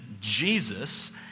Jesus